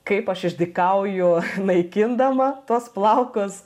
kaip aš išdykauju naikindama tuos plaukus